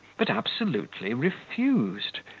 but absolutely refused,